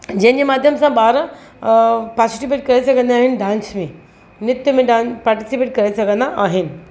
जंहिं जे माध्यम सां ॿार पार्सीटिपेट करे सघंदा आहिनि डांस में नृत में डां पार्टीसिपेट करे सघंदा आहिनि